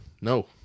no